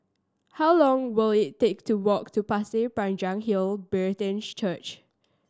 how long will it take to walk to Pasir Panjang Hill Brethren Church